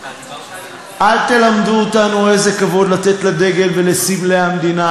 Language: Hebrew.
אל תלמדו אותנו איזה כבוד לתת לדגל ולסמלי המדינה.